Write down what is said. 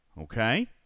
Okay